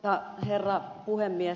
arvoisa herra puhemies